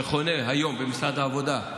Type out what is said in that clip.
שחונה היום במשרד העבודה,